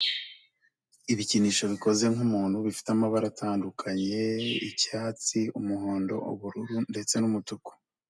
Ibikinisho bikoze nk'umuntu bifite amabara atandukanye: icyatsi, umuhondo, ubururu ndetse n'umutuku.